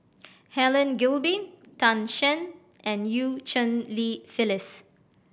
Helen Gilbey Tan Shen and Eu Cheng Li Phyllis